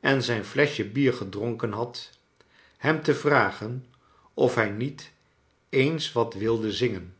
en zijn fleschje bier gedronken had hem te vragen of hij niet eens wat wilde zingen